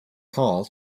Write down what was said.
hall